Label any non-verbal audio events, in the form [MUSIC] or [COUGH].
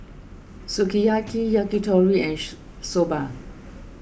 Sukiyaki Yakitori and [UNINTELLIGIBLE] Soba